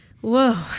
Whoa